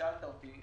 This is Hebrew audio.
ששאלת אותי,